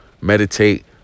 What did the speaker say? meditate